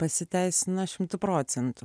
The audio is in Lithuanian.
pasiteisina šimtu procentų